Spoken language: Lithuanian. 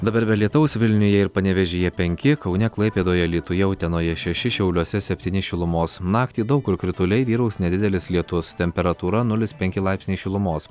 dabar be lietaus vilniuje ir panevėžyje penki kaune klaipėdoje alytuje utenoje šeši šiauliuose septyni šilumos naktį daug kur krituliai vyraus nedidelis lietus temperatūra nulis penki laipsniai šilumos